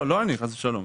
לא אני, חס ושלום.